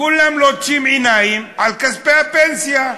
כולם לוטשים עיניים אל כספי הפנסיה,